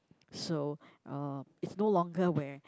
so uh it's no longer where